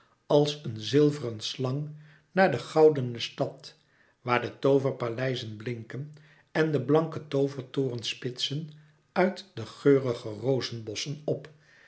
als een zilveren slang naar de goudene stad waar de tooverpaleizen blinken en de blanke toovertorens spitsen uit de geurige rozenbosschen op